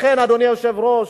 לכן, אדוני היושב-ראש,